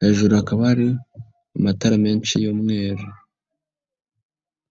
hejuru hakaba ari amatara menshi y'umweru.